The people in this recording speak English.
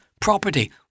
Property